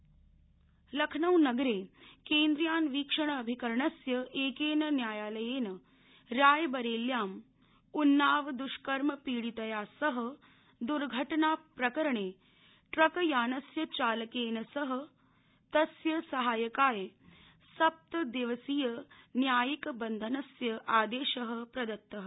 रायबरली लखनऊनगरे केन्द्रीयान्वीक्षणविभास्य एकेन न्यायलयेन रायबेरल्यां उन्नाव दुष्कर्म पीडितया सह दुर्घटना प्रकरणे ट्रकयानस्य चालकेन सह तस्य हायकार्थ सप्त दिवसीय न्यायिक बंधनस्य आदेशः प्रदत्तम्